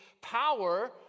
power